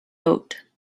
boat